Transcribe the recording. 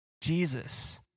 Jesus